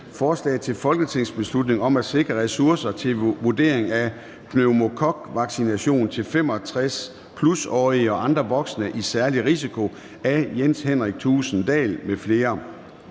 Forslag til folketingsbeslutning om at sikre ressourcer til vurdering af pneumokokvaccination til 65+-årige og andre voksne i særlig risiko. Af Jens Henrik Thulesen Dahl (DD) m.fl.